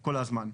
כל הזמן.